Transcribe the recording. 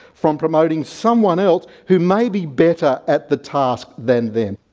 from promoting someone else who may be better at the task than them.